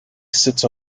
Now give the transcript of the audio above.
sits